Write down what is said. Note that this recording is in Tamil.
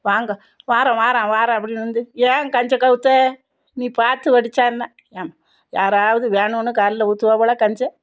வாங்க வரோம் வாரோம் வரோம் அப்படினு வந்து ஏன் கஞ்ச கவுத்த நீ பார்த்து வடிச்சால் என்ன ஏன் யாராவது வேணும்னு கால்ல ஊத்துவாவோளா கஞ்ச